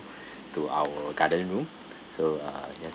to our garden room so uh that's a